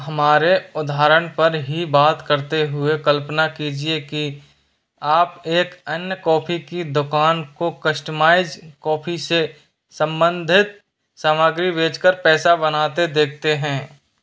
हमारे उदाहरण पर ही बात करते हुए कल्पना कीजिए कि आप एक अन्य कॉफी की दुकान को कस्टमाइज्ड कॉफी से संबंधित सामग्री बेचकर पैसा बनाते देखते हैं